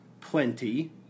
plenty